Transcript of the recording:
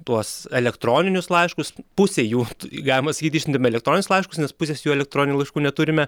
tuos elektroninius laiškus pusė jų galima sakyt išsiuntėm elektroninius laiškus nes pusės jų elektroninių laiškų neturime